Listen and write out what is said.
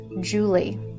Julie